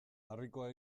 harrikoa